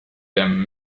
them